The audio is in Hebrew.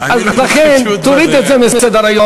אני, אז לכן תוריד את זה מסדר-היום.